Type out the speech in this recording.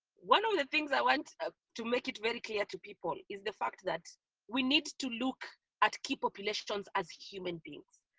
one of the things i want ah to make it very clear to people is the fact that we need to look at key populations as human beings.